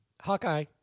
Hawkeye